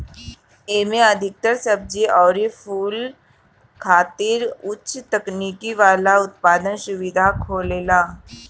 एमे अधिकतर सब्जी अउरी फूल खातिर उच्च तकनीकी वाला उत्पादन सुविधा होखेला